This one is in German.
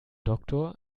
doktor